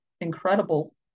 incredible